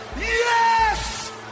Yes